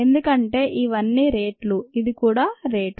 ఎందుకంటే ఇవన్నీ రేట్లు ఇది కూడా రేటు